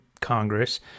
Congress